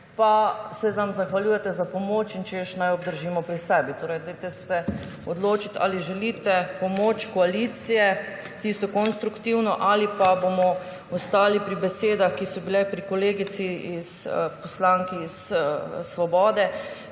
samo zahvaljujete za pomoč, češ, naj obdržimo pri sebi. Torej se dajte odločiti, ali želite pomoč koalicije, tisto konstruktivno, ali pa bomo ostali pri besedah, ki so bile pri kolegici poslanki iz Svobode,